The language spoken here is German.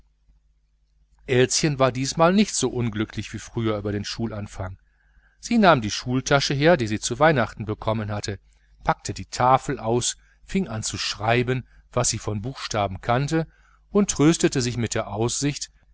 elschen war diesmal nicht so unglücklich wie früher über den schulanfang sie nahm die schultasche her die sie zu weihnachten bekommen hatte packte die tafel aus fing an zu schreiben was sie von buchstaben kannte und tröstete sich mit der aussicht